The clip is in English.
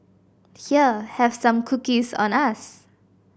here have some cookies on us